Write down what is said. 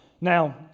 Now